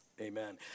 amen